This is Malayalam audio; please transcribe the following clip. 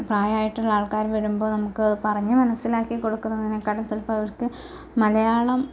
പ്രായമായിട്ടുള്ള ആൾക്കാര് വരുമ്പോൾ നമുക്ക് പറഞ്ഞ് മൻസ്സിലാക്കി കൊടുക്കുന്നതിനെക്കാട്ടിൽ ചിലപ്പോൾ അവർക്ക് മലയാളം